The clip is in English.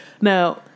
Now